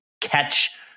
catch